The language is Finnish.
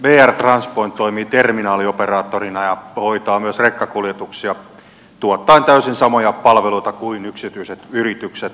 vr transpoint toimii terminaalioperaattorina ja hoitaa myös rekkakuljetuksia tuottaen täysin samoja palveluita kuin yksityiset yritykset